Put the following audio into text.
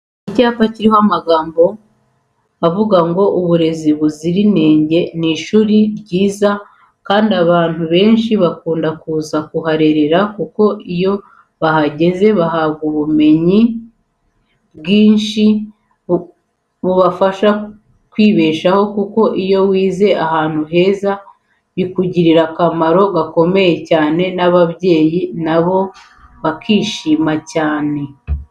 Icyapa kiriho amagambo avuga ngo "uburezi buzira inenge"ni ishuri ryiza kandi abantu benshi bakunda kuza kuharera kuko iyo bahageze bahabwa ubumenyi bwinshi buzabafasha kwibeshaho kuko iyo wize ahantu heza bikugirira akamaro gakomeye cyane, ababyeyi nabo bakishima cyane.